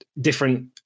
different